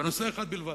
בנושא אחד בלבד,